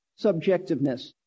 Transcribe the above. subjectiveness